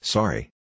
Sorry